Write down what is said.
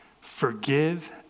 Forgive